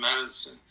medicine